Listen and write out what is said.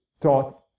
taught